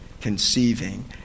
conceiving